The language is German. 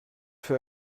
für